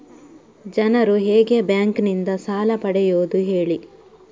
ಜನರು ಹೇಗೆ ಬ್ಯಾಂಕ್ ನಿಂದ ಸಾಲ ಪಡೆಯೋದು ಹೇಳಿ